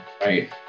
right